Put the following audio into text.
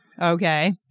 Okay